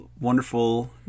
wonderful